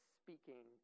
speaking